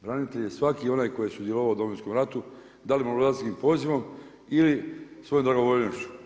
Branitelj je svaki onaj koji je sudjelovao u Domovinskom ratu da li mobilizacijskim pozivom ili svojom dragovoljnošću.